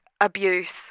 abuse